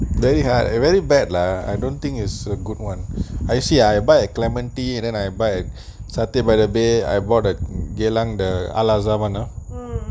very hard eh very bad lah I don't think its a good one I see ah I buy at clementi I buy at satay by the bay I bought at geylang al-azhar one !huh!